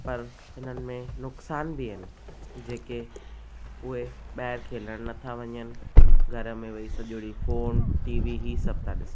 पर हिननि में नुक़सानु बि आहिनि जेके उहे ॿाहिरि खेलण नथा वञनि घर में वेही सॼो ॾींहुं फ़ोन टीवी ई सभु था ॾिसनि